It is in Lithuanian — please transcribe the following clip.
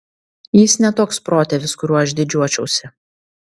jis ne toks protėvis kuriuo aš didžiuočiausi